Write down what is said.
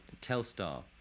Telstar